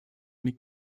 liegt